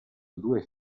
due